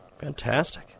Fantastic